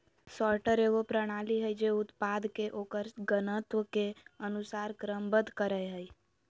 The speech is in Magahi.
सॉर्टर एगो प्रणाली हइ जे उत्पाद के ओकर गंतव्य के अनुसार क्रमबद्ध करय हइ